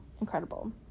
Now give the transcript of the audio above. incredible